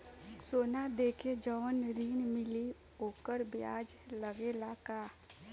सोना देके जवन ऋण मिली वोकर ब्याज लगेला का?